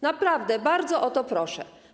Naprawdę bardzo o to proszę.